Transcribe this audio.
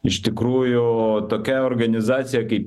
iš tikrųjų tokia organizacija kaip